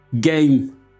game